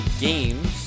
games